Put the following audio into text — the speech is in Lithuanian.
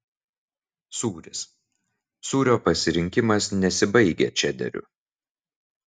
sūris sūrio pasirinkimas nesibaigia čederiu